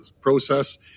process